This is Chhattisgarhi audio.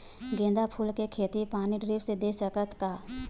गेंदा फूल के खेती पानी ड्रिप से दे सकथ का?